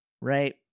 right